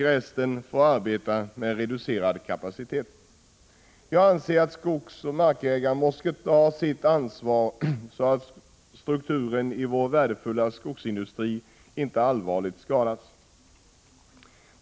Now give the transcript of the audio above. Resten får arbeta med reducerad kapacitet. Jag anser att skogsoch markägarna måste ta sitt ansvar så att strukturen i vår värdefulla skogsindustri inte allvarligt skadas.